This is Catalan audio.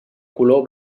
color